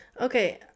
Okay